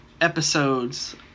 episodes